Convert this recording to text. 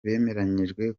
bemeranyijwe